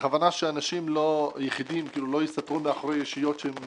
כדי שאנשים יחידים לא יסתתרו מאחורי ישויות שהן